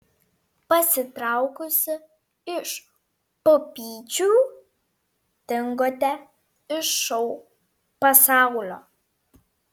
pasitraukusi iš pupyčių dingote iš šou pasaulio